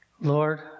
Lord